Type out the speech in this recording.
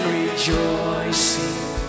rejoicing